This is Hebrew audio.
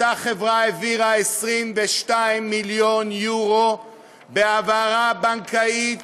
אותה חברה העבירה 22 מיליון אירו בהעברה בנקאית